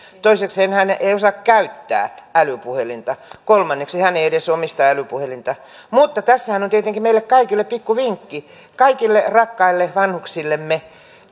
toisekseen hän ei osaa käyttää älypuhelinta kolmanneksi hän ei edes omista älypuhelinta mutta tässähän on tietenkin meille kaikille pikku vinkki kaikille rakkaille vanhuksillemme